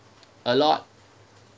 a lot